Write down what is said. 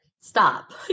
stop